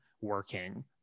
working